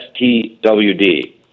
STWD